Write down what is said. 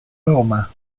roma